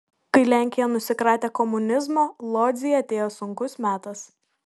kai lenkija nusikratė komunizmo lodzei atėjo sunkus metas